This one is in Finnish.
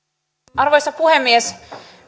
arvoisa puhemies